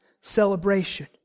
celebration